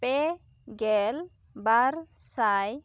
ᱯᱮᱜᱮᱞ ᱵᱟᱨᱥᱟᱭ